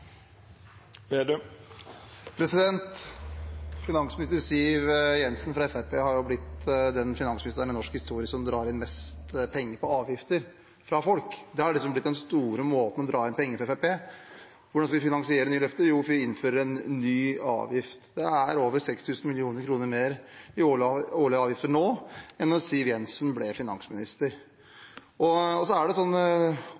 Finansminister Siv Jensen fra Fremskrittspartiet har blitt den finansministeren i norsk historie som drar inn mest penger på avgifter fra folk. Det har liksom blitt den store måten å dra inn penger på for Fremskrittspartiet. Hvordan skal man finansiere nye løfter? Jo, man innfører en ny avgift. Det er nå over 6 mrd. kr mer i årlige avgifter enn da Siv Jensen ble